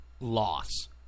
loss